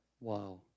Wow